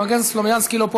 חבר הכנסת סלומינסקי לא פה,